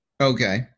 Okay